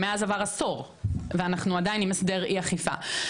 מאז עבר עשור ואנחנו עדיין עם הסדר אי אכיפה.